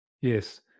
Yes